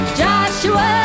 joshua